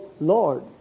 Lord